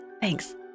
Thanks